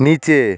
নিচে